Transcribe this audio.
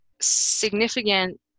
significant